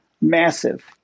massive